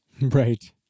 Right